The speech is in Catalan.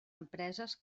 empreses